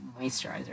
moisturizer